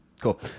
Cool